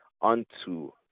unto